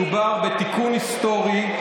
מדובר בתיקון היסטורי,